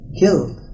killed